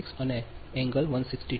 96 અને આ 162